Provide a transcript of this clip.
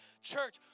Church